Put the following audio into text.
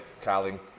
Carling